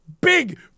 Big